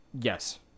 Yes